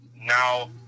now